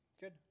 Good